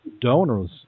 donors